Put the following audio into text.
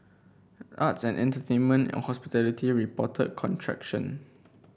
arts and entertainment and hospitality reported contraction